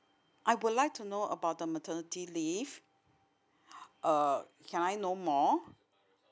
I would like to know about the maternity leave uh can I know more